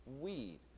weed